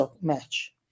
match